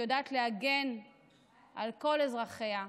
שיודעת להגן על כל אזרחיה.